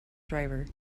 driver